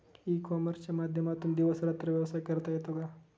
E कॉमर्सच्या माध्यमातून दिवस रात्र व्यवसाय करता येतो का?